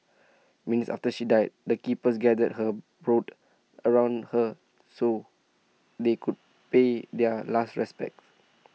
minutes after she died the keepers gathered her brood around her so they could pay their last respects